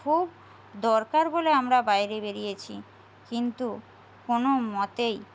খুব দরকার বলে আমরা বাইরে বেড়িয়েছি কিন্তু কোনো মতেই